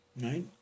right